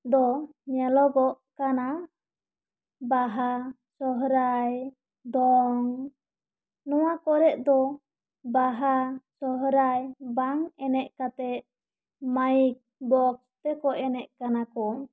ᱫᱚ ᱧᱮᱞᱚᱜᱚᱜ ᱠᱟᱱᱟ ᱵᱟᱦᱟ ᱥᱚᱦᱚᱨᱟᱭ ᱫᱚᱝ ᱱᱚᱣᱟ ᱠᱚᱨᱮ ᱫᱚ ᱵᱟᱦᱟ ᱥᱚᱨᱦᱟᱭ ᱵᱟᱝ ᱮᱱᱮᱡ ᱠᱟᱛᱮ ᱢᱟᱭᱤᱠ ᱵᱚᱠᱥ ᱛᱮᱠᱚ ᱮᱱᱮᱡ ᱠᱟᱱᱟ ᱠᱚ